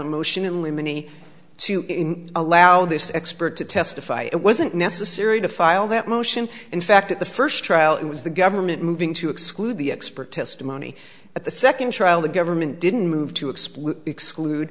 a motion in limine e to allow this expert to testify it wasn't necessary to file that motion in fact at the first trial it was the government moving to exclude the expert testimony at the second trial the government didn't move to explain exclude